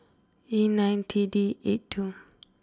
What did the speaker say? E nine T D eight two